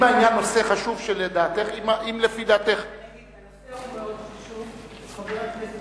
אם לפי דעתך הנושא הוא חשוב,